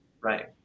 Right